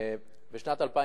בשנת 2009